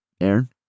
Aaron